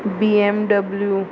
BMW